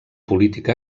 política